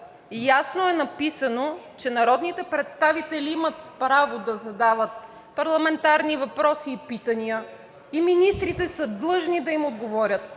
ясно е написано, че народните представители имат право да задават парламентарни въпроси и питания и министрите са длъжни да им отговорят.